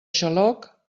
xaloc